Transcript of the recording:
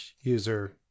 user